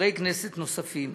וחברי כנסת נוספים